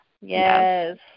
yes